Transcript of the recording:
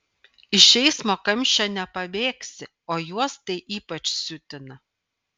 iš eismo kamščio nepabėgsi o juos tai ypač siutina